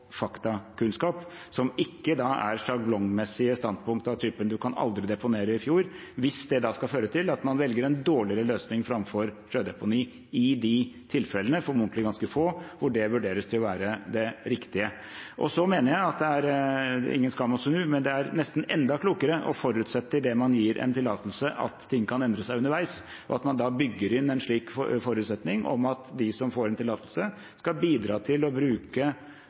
faktakunnskap, som ikke er sjablongmessige standpunkter av typen at man kan aldri deponere i fjord – hvis det skal føre til at man velger en dårligere løsning framfor sjødeponi, i de formodentlig ganske få tilfellene hvor det vurderes å være det riktige. Jeg mener at det er ingen skam å snu, men det er nesten enda klokere å forutsette idet man gir en tillatelse, at ting kan endre seg underveis, og at man da bygger inn en slik forutsetning om at de som får en tillatelse, skal bidra til å bruke